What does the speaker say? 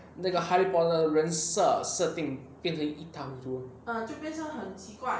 那个哈利波特人设设定变成一汤猪